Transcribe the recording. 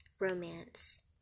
Romance